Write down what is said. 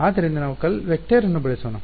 ಆದ್ದರಿಂದ ನಾವು ವೆಕ್ಟರ್ ಅನ್ನು ಸೆಳೆಯೋಣ